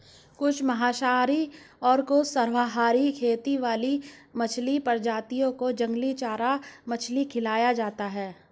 कुछ मांसाहारी और सर्वाहारी खेती वाली मछली प्रजातियों को जंगली चारा मछली खिलाया जाता है